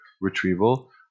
retrieval